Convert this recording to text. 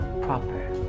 proper